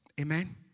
Amen